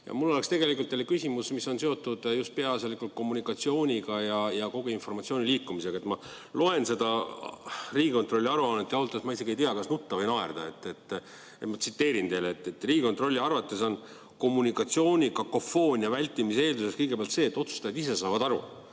Mul oleks teile küsimus, mis on seotud just peaasjalikult kommunikatsiooniga ja kogu informatsiooni liikumisega. Ma loen seda Riigikontrolli aruannet ja ausalt öeldes ma isegi ei tea, kas nutta või naerda. Ma tsiteerin teile: Riigikontrolli arvates on kommunikatsioonikakofoonia vältimise eelduseks kõigepealt see, et otsustajad ise saavad aru,